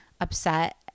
upset